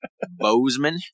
Bozeman